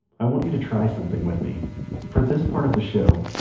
i want you to try something with me for this part of the show,